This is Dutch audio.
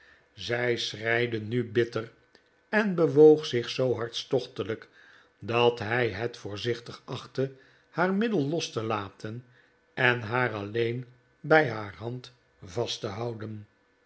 zij schreide nu bitter jen bewoog zich zoo hartstochtelijk dat hij het voorzichtig achtte haar middel los te laten en haar alleen bij haar hand vast te houden